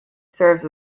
serves